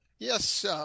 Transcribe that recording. Yes